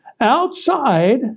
Outside